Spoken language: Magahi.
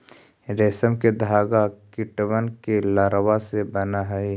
रेशम के धागा कीटबन के लारवा से बन हई